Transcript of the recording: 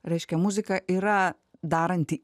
reiškia muzika yra daranti